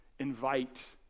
invite